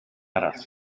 arall